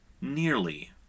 nearly